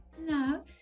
No